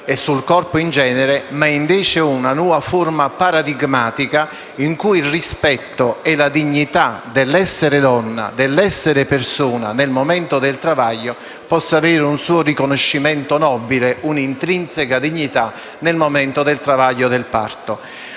e sul corpo in genere, ma come una nuova forma paradigmatica in cui il rispetto e la dignità dell'essere donna, dell'essere persona nel momento del travaglio, possa avere un suo riconoscimento nobile, un'intrinseca dignità in tale momento. Arriviamo